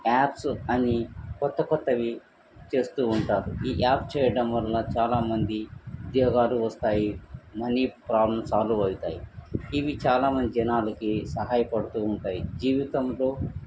apps అని కొత్త కొత్తవి చేస్తూ ఉంటారు ఈ యాప్ చేయడం వల్ల చాలామంది ఉద్యోగాలు వస్తాయి మనీ ప్రాబ్లం సాల్వ్ అయితాయి ఇవి చాలామంది జనాలకి సహాయపడుతూ ఉంటాయి జీవితంలో